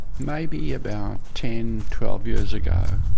maybe about ten, twelve years ago.